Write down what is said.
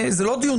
זה לא דיון סמנטי,